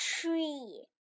tree